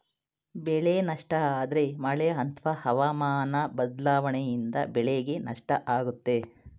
ಬೆಳೆ ನಷ್ಟ ಅಂದ್ರೆ ಮಳೆ ಅತ್ವ ಹವಾಮನ ಬದ್ಲಾವಣೆಯಿಂದ ಬೆಳೆಗೆ ನಷ್ಟ ಆಗುತ್ತೆ